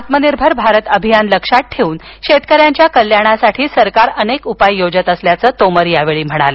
आत्मनिर्भर भारत अभियान लक्षात ठेवून शेतकऱ्यांच्या कल्याणासाठी सरकार अनेक उपाय योजत असल्याचं तोमर यावेळी म्हणाले